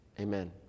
amen